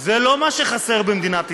לא מה שחסר במדינת ישראל.